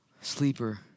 sleeper